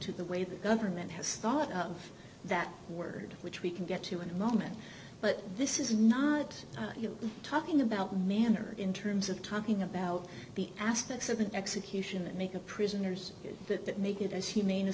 to the way the government has thought of that word which we can get to in a moment but this is not you talking about manner in terms of talking about the aspects of an execution that make a prisoners that that make it as humane as